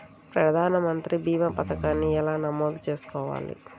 ప్రధాన మంత్రి భీమా పతకాన్ని ఎలా నమోదు చేసుకోవాలి?